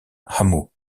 hameau